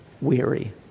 weary